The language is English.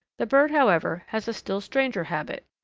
the bird, however, has a still stranger habit.